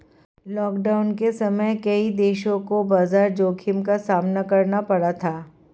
lockdown के समय कई देशों को बाजार जोखिम का सामना करना पड़ा था